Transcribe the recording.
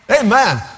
Amen